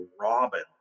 robin